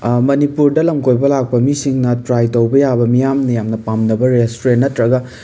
ꯃꯅꯤꯄꯨꯔꯗ ꯂꯝ ꯀꯣꯏꯕ ꯂꯥꯛꯄ ꯃꯤꯁꯤꯡꯅ ꯇ꯭ꯔꯥꯏ ꯇꯧꯕ ꯌꯥꯕ ꯃꯤꯌꯥꯝꯅ ꯌꯥꯝꯅ ꯄꯥꯝꯅꯕ ꯔꯦꯁꯇ꯭ꯔꯨꯔꯦꯟ ꯅꯇ꯭ꯔꯒ